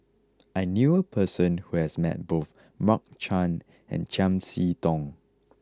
I knew a person who has met both Mark Chan and Chiam See Tong